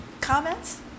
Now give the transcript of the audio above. Comments